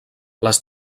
les